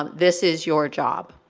um this is your job.